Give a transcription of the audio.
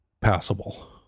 passable